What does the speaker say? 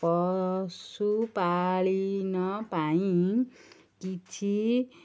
ପଶୁପାଳନ ପାଇଁ କିଛି